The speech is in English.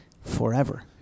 forever